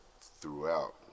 Throughout